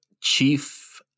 Chief